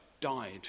died